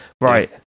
right